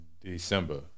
December